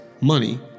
money